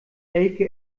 elke